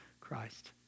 Christ